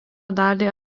dalį